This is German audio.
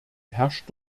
herrscht